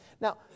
Now